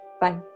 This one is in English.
Bye